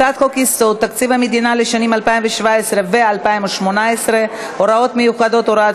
הצעת חוק-יסוד: תקציב המדינה לשנים 2017 ו-2018 (הוראות מיוחדות) (הוראת